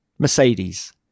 Mercedes